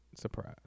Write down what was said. surprise